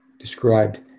described